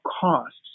costs